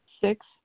six